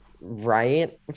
right